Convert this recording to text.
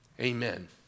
Amen